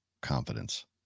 confidence